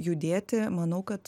judėti manau kad